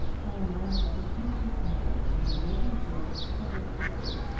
tiya miles is an interesting voice in the emerging field of public history.